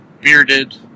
bearded